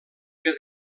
que